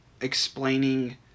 explaining